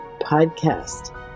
podcast